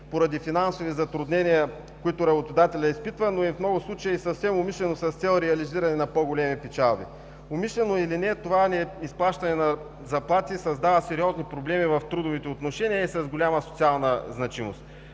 поради финансови затруднения, които работодателят изпитва, но в много случаи и съвсем умишлено с цел реализиране на по-големи печалби. Умишлено или не, това неизплащане на заплати създава сериозни проблеми в трудовите отношения и е с голяма социална значимост.